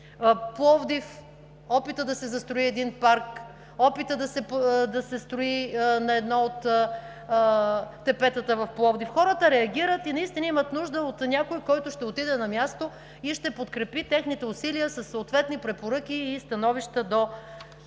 Пловдив – опитът да се застрои един парк, опитът да се строи на едно от тепетата в Пловдив. Хората реагират и имат нужда от някой, който ще отиде на място и ще подкрепи техните усилия със съответни препоръки и становища до институциите.